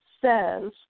says